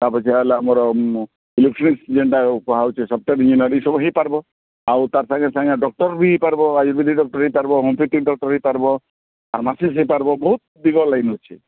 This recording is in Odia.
ତାପରେ ଯାହା ହେଲା ଆମର ଇଲେଟ୍ରିକ୍ ଯେନ୍ତା କୁହାଯାଉଛି ସଫ୍ଟୱେୟାର୍ ଇଞ୍ଜିନିୟର୍ ଏହିସବୁ ହେଇପାରିବ ଆଉ ତା' ସାଙ୍ଗେ ସାଙ୍ଗେ ଡକ୍ଟର ବି ହେଇପାରିବ ଆୟୁର୍ବେଦିକ୍ ଡକ୍ଟର୍ ହେଇପାରିବ ହୋମିଓପାଥିକ୍ ଡକ୍ଟର ହେଇପାରିବ ଫାର୍ମାସିସ୍ ହୋଇପାରିବ ବହୁତ୍ ଦିଗରେ ଲାଇନ୍ ଅଛି